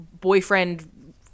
boyfriend